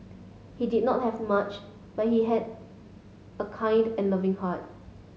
he did not have much but he had a kind and loving heart